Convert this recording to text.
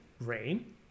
rain